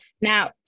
Now